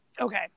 Okay